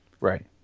Right